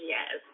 Yes